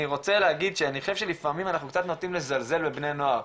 אני רוצה להגיד שאני חושב שלפעמים אנחנו קצת נוטים לזלזל בבני נוער,